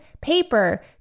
paper